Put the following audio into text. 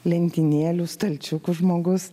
lentynėlių stalčiukų žmogus